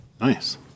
nice